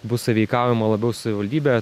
bus sąveikaujama labiau su savivaldybe